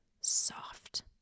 soft